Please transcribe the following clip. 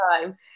time